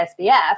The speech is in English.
SBF